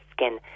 skin